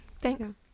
Thanks